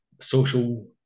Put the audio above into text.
social